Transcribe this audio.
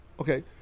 Okay